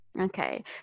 Okay